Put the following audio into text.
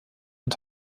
und